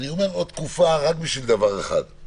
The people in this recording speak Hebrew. אני אומר שתהיה עוד תקופה של חצי שנה רק בשביל דבר אחד.